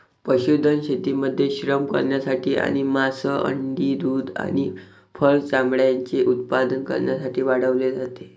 पशुधन शेतीमध्ये श्रम करण्यासाठी आणि मांस, अंडी, दूध आणि फर चामड्याचे उत्पादन करण्यासाठी वाढवले जाते